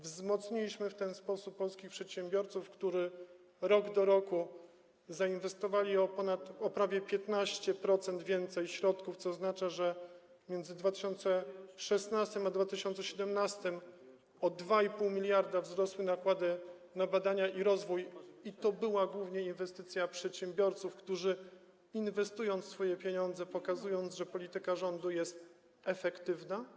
Wzmocniliśmy w ten sposób polskich przedsiębiorców, którzy rok do roku zainwestowali o prawie 15% więcej środków, co oznacza, że między 2016 r. a 2017 r. o 2,5 mld wzrosły nakłady na badania i rozwój - i to była głównie inwestycja przedsiębiorców, którzy inwestują swoje pieniądze, pokazują, że polityka rządu jest efektywna.